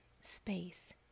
space